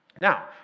Now